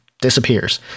disappears